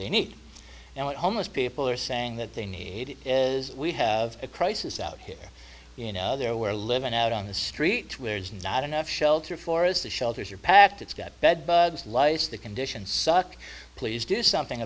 they need and what homeless people are saying that they need is we have a crisis out here you know there where living out on the streets where there's not enough shelter for us the shelters are packed it's got bed bugs lice the conditions suck please do something